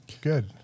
good